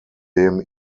dem